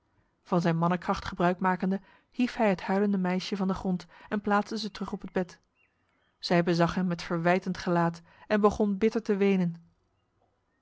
van zijn mannenkracht gebruik makende hief hij het huilende meisje van de grond en plaatste ze terug op het bed zij bezag hem met verwijtend gelaat en begon bitter te wenen